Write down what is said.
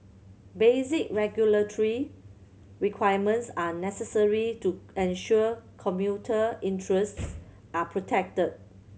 basic regulatory requirements are necessary to ensure commuter interests are protected